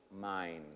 mind